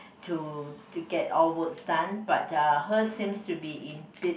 to to get all works done but uh hers seems to be in bits